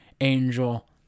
Angel